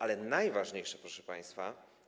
Ale najważniejsze, proszę państwa.